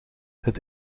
het